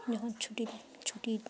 যখন ছুটি ছুটি